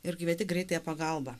ir kvieti greitąją pagalbą